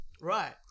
Right